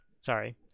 sorry